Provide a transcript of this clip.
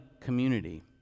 community